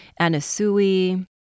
Anasui